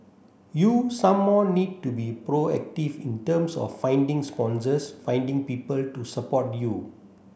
you some more need to be proactive in terms of finding sponsors finding people to support you